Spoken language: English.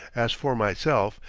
as for myself,